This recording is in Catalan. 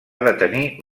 detenir